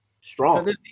strong